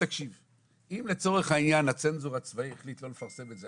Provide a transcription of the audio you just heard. אם לצורך העניין הצנזור הצבאי החליט לא לפרסם את זה,